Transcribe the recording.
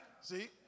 See